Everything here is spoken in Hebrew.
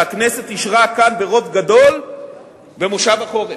שהכנסת אישרה כאן ברוב גדול במושב החורף.